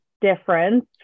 difference